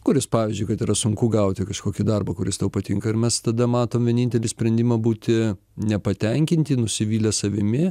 kuris pavyzdžiui kad yra sunku gauti kažkokį darbą kuris tau patinka ir mes tada matom vienintelį sprendimą būti nepatenkinti nusivylę savimi